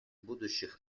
будущих